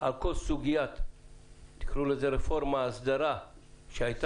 על כל סוגיית רפורמה או הסדרה שהייתה,